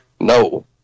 No